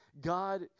God